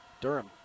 Durham